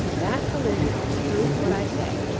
that collision only proves what i say.